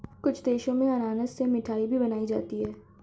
कुछ देशों में अनानास से मिठाई भी बनाई जाती है